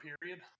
Period